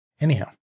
anyhow